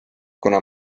kuna